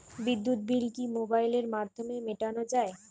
বিদ্যুৎ বিল কি মোবাইলের মাধ্যমে মেটানো য়ায়?